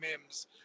Mims